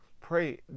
pray